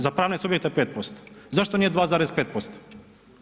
Za pravne subjekte 5%. zašto nije 2,5%